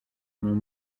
mon